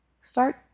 start